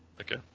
Okay